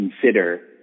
consider